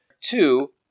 two